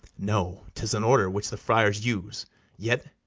no tis an order which the friars use yet,